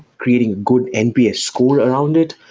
creating good nps score around it,